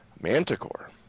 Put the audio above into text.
Manticore